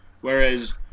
Whereas